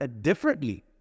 differently